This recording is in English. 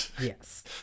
Yes